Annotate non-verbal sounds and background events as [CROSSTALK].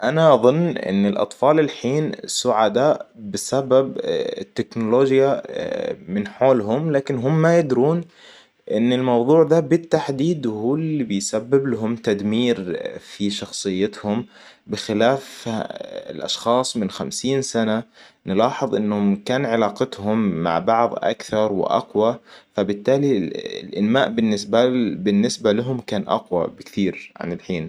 أنا أظن إن الأطفال الحين سعداء بسبب التكنولوجيا من حولهم لكن هم ما يدرون ان الموضوع ده بالتحديد هو اللي بيسبب لهم تدمير في شخصيتهم بخلاف [HESITATION] الأشخاص من خمسين سنة نلاحظ ان كان علاقتهم مع بعض أكثر وأقوى فبالتالي الإنتماء بالنسبة له- لهم كان أقوى بكثير عن الحين